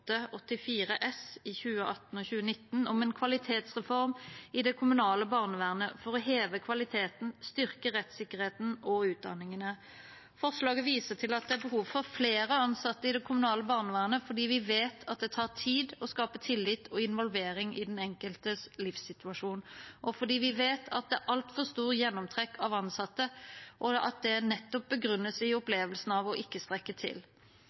S for 2018–2019 om en kvalitetsreform i det kommunale barnevernet for å heve kvaliteten, styrke rettssikkerheten og utdanningene. Forslaget viser til at det er behov for flere ansatte i det kommunale barnevernet, fordi vi vet at det tar tid å skape tillit og involvering i den enkeltes livssituasjon, og fordi vi vet at det er altfor stor gjennomtrekk av ansatte, og at det nettopp begrunnes i opplevelsen av å ikke strekke til.